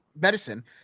medicine